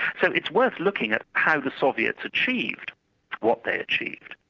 so it's worth looking at how the soviets achieved what they achieved.